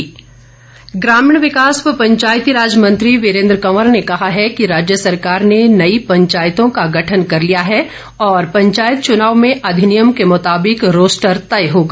वीरेन्द्र कंवर ग्रामीण विकास व पंचायतीराज मंत्री वीरेन्द्र कंवर ने कहा है कि राज्य सरकार ने नई पंचायतों का गठन कर लिया है और पंचायत चुनाव में अधिनियम के मुताबिक रोस्टर तय होगा